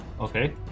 Okay